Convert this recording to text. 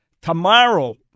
tomorrow